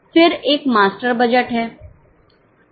फिर एक master budget है